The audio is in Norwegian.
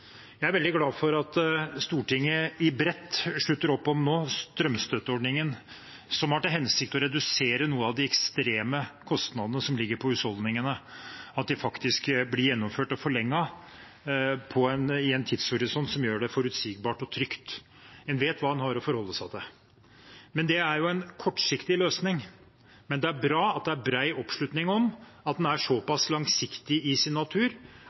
Jeg er veldig glad for at Stortinget i bredt nå slutter opp om strømstøtteordningen, som har til hensikt å redusere de ekstreme kostnadene som ligger på husholdningene, noe, og at de blir gjennomført og forlenget i en tidshorisont som gjør det forutsigbart og trygt – en vet hva en har å forholde seg til. Det er en kortsiktig løsning, men det er bra at det er bred oppslutning om at den skal være såpass langsiktig i sin natur